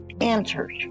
answers